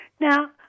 Now